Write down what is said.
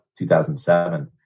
2007